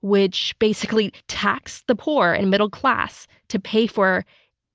which basically tax the poor and middle class to pay for